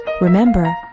Remember